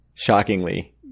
Shockingly